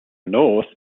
north